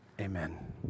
amen